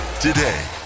today